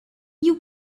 you